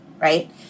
right